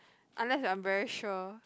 unless I'm very sure